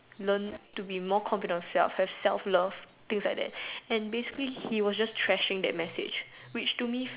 learn to be more confident in yourself there's self love things like that and basically he was just trashing that message which to me